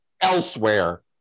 elsewhere